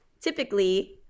typically